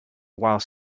while